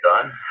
done